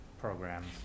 programs